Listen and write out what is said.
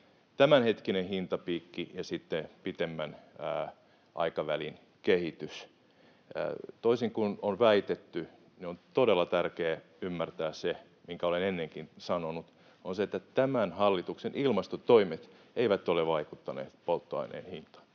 tämänhetkinen hintapiikki ja sitten pitemmän aikavälin kehitys. Toisin kuin on väitetty, on todella tärkeää ymmärtää se, minkä olen ennenkin sanonut, että tämän hallituksen ilmastotoimet eivät ole vaikuttaneet polttoaineen hintaan.